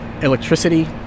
electricity